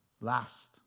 last